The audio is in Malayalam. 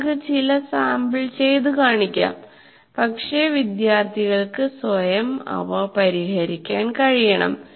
നിങ്ങൾക്ക് ചില സാമ്പിൾ ചെയ്തു കാണിക്കാം പക്ഷേ വിദ്യാർത്ഥികൾക്ക് സ്വയം അവ പരിഹരിക്കാൻ കഴിയണം